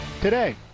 today